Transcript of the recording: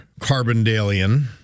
Carbondalian